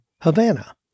Havana